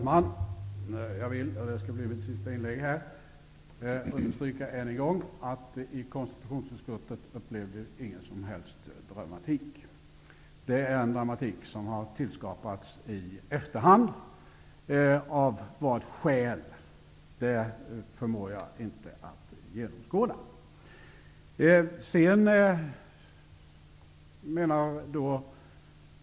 Herr talman! Detta skall bli mitt sista inlägg i denna debatt. Jag vill än en gång understryka att konstitutionsutskottet inte upplevde någon som helst dramatik. Det är en dramatik som har tillskapats i efterhand. Av vilka skäl detta har skett, förmår jag inte att genomskåda.